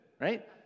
right